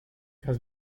has